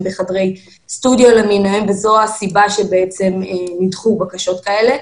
בחדרי סטודיו למיניהם וזו הסיבה שבעצם נדחו בקשות כאלה.